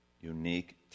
Unique